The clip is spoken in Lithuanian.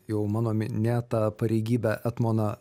jau mano minetą pareigybę etmoną